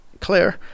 Claire